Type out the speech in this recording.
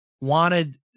wanted